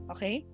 Okay